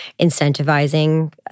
incentivizing